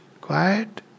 quiet